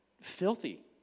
filthy